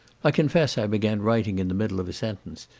i confess i began writing in the middle of a sentence,